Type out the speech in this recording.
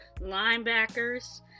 linebackers